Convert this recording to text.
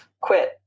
quit